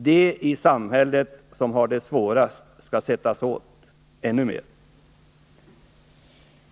De i samhället som har det svårast skall sättas åt, ännu mer.